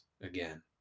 again